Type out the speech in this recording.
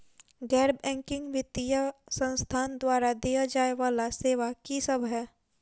गैर बैंकिंग वित्तीय संस्थान द्वारा देय जाए वला सेवा की सब है?